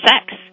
sex